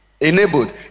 Enabled